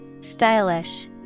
Stylish